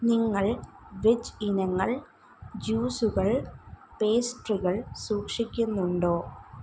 നിങ്ങൾ വെജ് ഇനങ്ങൾ ജ്യൂസുകൾ പേസ്ട്രികൾ സൂക്ഷിക്കുന്നുണ്ടോ